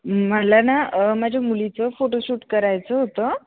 मला ना माझ्या मुलीचं फोटोशूट करायचं होतं